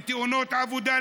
בתאונות עבודה,